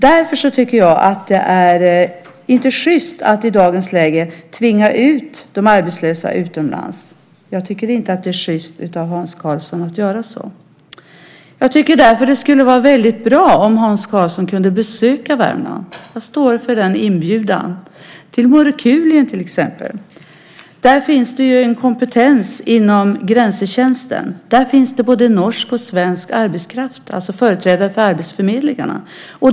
Därför tycker jag att det inte är sjyst att i dagens läge tvinga ut de arbetslösa utomlands. Jag tycker inte att det är sjyst av Hans Karlsson att göra så. Jag tycker därför att det skulle vara bra om Hans Karlsson kunde besöka Värmland. Jag står för inbjudan, till exempel till Morokulien, där det finns en kompetens inom Grensetjänsten. Där finns både norska och svenska företrädare för arbetsförmedlingarna.